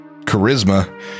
Charisma